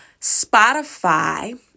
Spotify